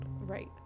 Right